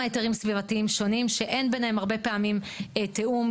היתרים סביבתיים שונים שאין בהם הרבה פעמים תיאום.